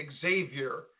Xavier